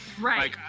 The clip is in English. Right